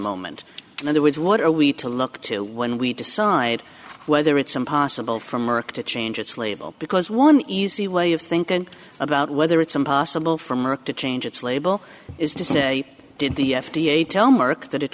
moment and that was what are we to look to when we decide whether it's impossible for merck to change its label because one easy way of thinking about whether it's impossible for merck to change its label is to say did the f d a tell mark that it